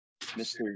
Mr